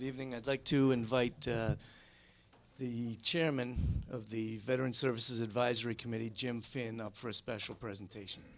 living i'd like to invite the chairman of the veteran services advisory committee jim fanned out for a special presentation